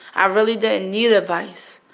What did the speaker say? i really didn't need advice.